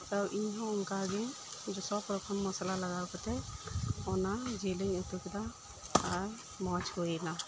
ᱛᱚ ᱤᱧ ᱦᱚᱸ ᱚᱱᱠᱟᱜᱮ ᱥᱚᱵᱽ ᱨᱚᱠᱚᱢ ᱢᱚᱥᱞᱟ ᱞᱟᱜᱟᱣ ᱠᱟᱛᱮᱫ ᱚᱱᱟ ᱡᱤᱞᱤᱧ ᱩᱛᱩ ᱠᱮᱫᱟ ᱟᱨ ᱢᱚᱸᱡᱽ ᱦᱩᱭ ᱮᱱᱟ